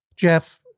Jeff